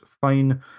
fine